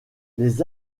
les